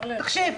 תקשיב,